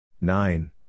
Nine